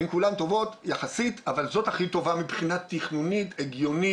הן כולן טובות יחסית אבל זאת הכי טובה מבחינה תכנונית הגיונית,